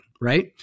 right